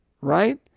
right